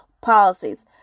policies